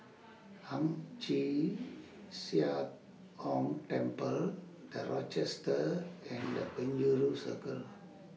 Ang Chee Sia Ong Temple The Rochester and The Penjuru Circle